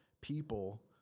people